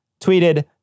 Tweeted